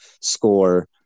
score